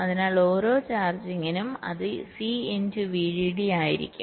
അതിനാൽ ഓരോ ചാർജിംഗിനും അത് Cഇൻടു VDD ആയിരിക്കും